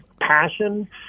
passion